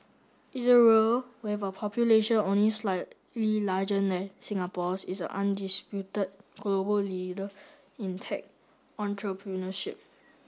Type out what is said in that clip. Israel with a population only slightly larger than Singapore's is an undisputed global leader in tech entrepreneurship